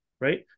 right